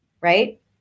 right